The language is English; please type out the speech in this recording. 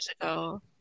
ago